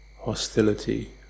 hostility